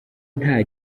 nta